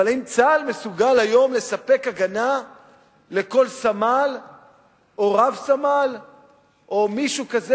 אבל האם צה"ל מסוגל היום לספק הגנה לכל סמל או רב-סמל או מישהו כזה,